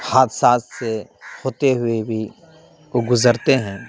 حادثات سے ہوتے ہوئے بھی وہ گزرتے ہیں